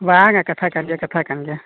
ᱵᱟᱝᱼᱟ ᱠᱟᱛᱷᱟᱠᱟᱱ ᱜᱮᱭᱟ ᱠᱟᱛᱷᱟᱠᱟᱱ ᱜᱮᱭᱟ